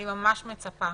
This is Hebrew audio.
אני ממש מצפה